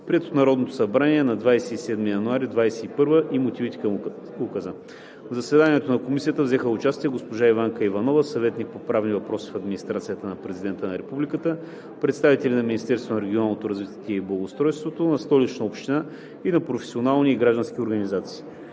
от Народното събрание на 27 януари 2021 г. и мотивите към Указа. В заседанието на Комисията взеха участие госпожа Иванка Иванова – съветник по правни въпроси в администрацията на президента на републиката; представители на Министерството на регионалното развитие и благоустройството; на Столичната община и на професионални и граждански организации.